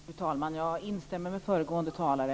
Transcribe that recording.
Fru talman! Jag instämmer med föregående talare.